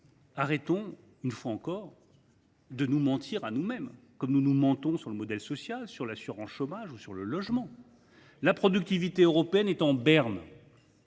Cessons une fois encore de nous mentir à nous mêmes, comme nous le faisons au sujet du modèle social, de l’assurance chômage ou du logement. La productivité européenne est en berne,